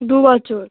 দু বছর